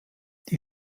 die